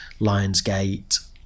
Lionsgate